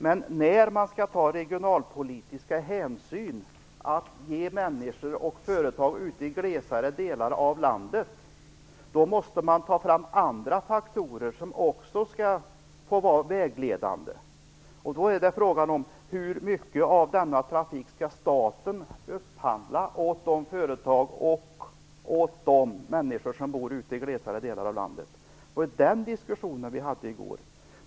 Men när man skall ta regionalpolitiska hänsyn och ge människor och företag i glesare delar av landet tillgång till transporter måste man ta fram andra faktorer som också får vara vägledande. Då är det fråga om hur mycket av denna trafik som staten skall upphandla åt de företag och åt de människor som bor i glesare delar av landet. Det var den diskussionen vi förde i går.